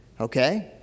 Okay